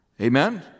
Amen